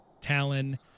Talon